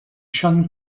sean